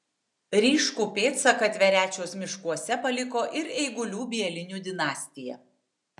ryškų pėdsaką tverečiaus miškuose paliko ir eigulių bielinių dinastija